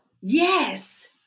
yes